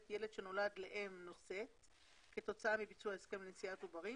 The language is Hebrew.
ילד שנולד לאם נושאת כתוצאה מביצוע הסכם לנשיאת עוברים